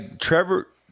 Trevor